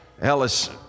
Ellis